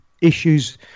issues